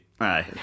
Aye